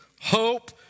hope